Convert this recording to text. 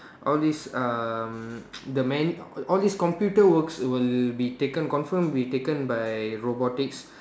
all these um the man all these computer works will be taken confirm be taken by robotics